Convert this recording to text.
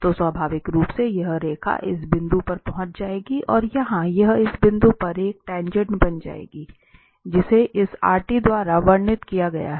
तो स्वाभाविक रूप से यह रेखा इस बिंदु पर पहुंच जाएगी और यह यहां इस बिंदु पर एक टाँगेँट बन जाएगी जिसे इस द्वारा वर्णित किया गया था